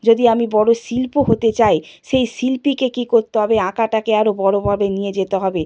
যদি আমি বড় শিল্পী হতে চাই সেই শিল্পীকে কী করতে হবে আঁকাটাকে আরো বড়ভাবে নিয়ে যেতে হবে